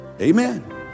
Amen